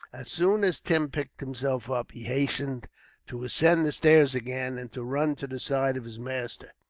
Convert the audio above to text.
as soon as tim picked himself up, he hastened to ascend the stairs again, and to run to the side of his master.